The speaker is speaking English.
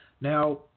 Now